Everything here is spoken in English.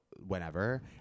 whenever